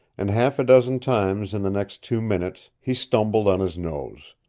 and half a dozen times in the next two minutes he stumbled on his nose.